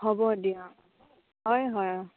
হ'ব দিয়া হয় হয়